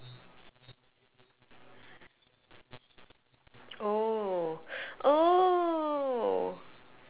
oh oh